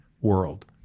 world